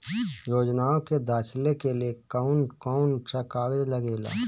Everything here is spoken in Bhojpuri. योजनाओ के दाखिले के लिए कौउन कौउन सा कागज लगेला?